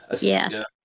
Yes